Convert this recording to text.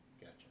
Gotcha